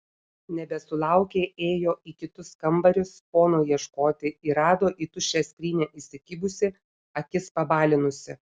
nebesulaukę ėjo į kitus kambarius pono ieškoti ir rado į tuščią skrynią įsikibusį akis pabalinusį